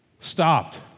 Stopped